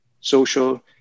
social